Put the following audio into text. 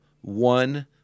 one